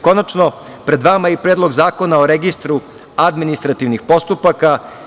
Konačno, pred vama je i Predlog zakona o Registru administrativnih postupaka.